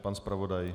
Pan zpravodaj.